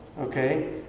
Okay